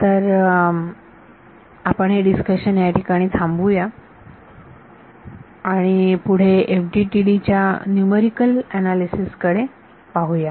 तर आपण हे डिस्कशन याठिकाणी थांबवूया आणि पुढे FDTD च्या न्यूमरिकल अनालिसेस कडे पाहूया